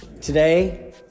Today